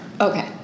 okay